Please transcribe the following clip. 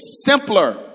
simpler